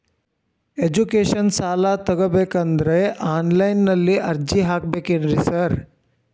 Education ಸಾಲ ತಗಬೇಕಂದ್ರೆ online ನಲ್ಲಿ ಅರ್ಜಿ ಹಾಕ್ಬೇಕೇನ್ರಿ ಸಾರ್?